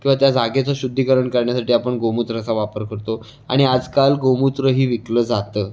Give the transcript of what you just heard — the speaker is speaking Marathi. किंवा त्या जागेचं शुद्धीकरण करण्यासाठी आपण गोमूत्राचा वापर करतो आणि आजकाल गोमूत्रही विकलं जातं